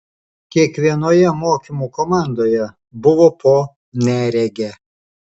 kiekvienoje mokymų komandoje buvo po neregę